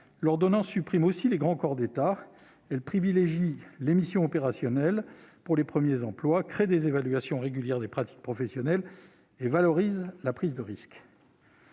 l'ENA, elle supprime aussi les grands corps d'État, privilégie les missions opérationnelles pour les premiers emplois, crée des évaluations régulières des pratiques professionnelles et valorise la prise de risques.